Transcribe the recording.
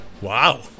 Wow